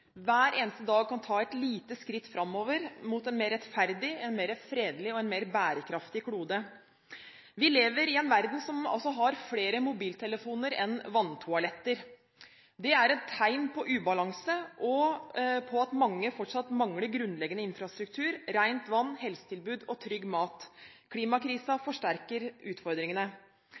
hver eneste dag kan ta et lite skritt framover mot en mer rettferdig, mer fredelig og mer bærekraftig klode. Vi lever i en verden som har flere mobiltelefoner enn vanntoaletter. Det er et tegn på ubalanse og på at mange fortsatt mangler grunnleggende infrastruktur, rent vann, helsetilbud og trygg mat. Klimakrisen forsterker utfordringene.